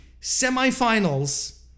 semifinals